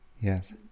Yes